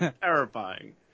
Terrifying